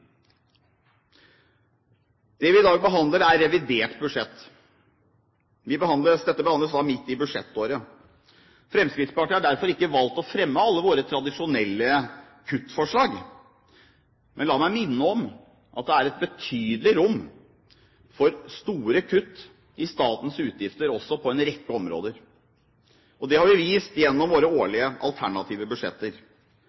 Det vi i dag behandler, er revidert budsjett, som behandles midt i budsjettåret. Fremskrittspartiet har derfor valgt ikke å fremme alle sine tradisjonelle kuttforslag. Men la meg minne om at det er et betydelig rom for store kutt i statens utgifter på en rekke områder, og det har vi vist gjennom våre